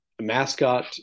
mascot